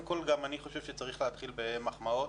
גם אני חושב שצריך להתחיל במחמאות.